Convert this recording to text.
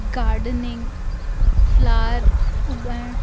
gardening flower उपाइणु